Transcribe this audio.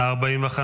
נתקבלה.